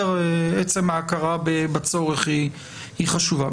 עצם ההכרה בצורך היא חשובה.